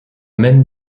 même